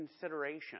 consideration